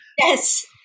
Yes